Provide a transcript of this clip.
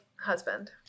husband